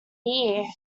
year